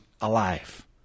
alive